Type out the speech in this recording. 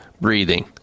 breathing